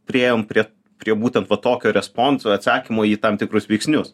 priėjom prie prie būtent va tokio responso atsakymo į tam tikrus veiksnius